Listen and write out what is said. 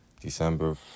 december